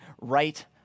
right